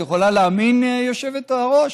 את יכולה להאמין, היושבת-ראש?